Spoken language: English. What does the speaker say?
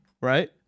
Right